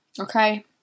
okay